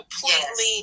completely